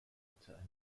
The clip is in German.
hatte